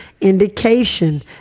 indication